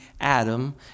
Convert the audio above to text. Adam